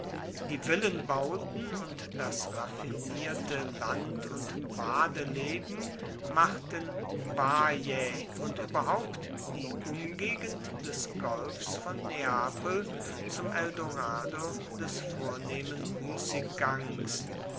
die villenbauten und das raffinierte land und badeleben machten baiae und überhaupt die umgegend des golfs von neapel zum eldorado des vornehmen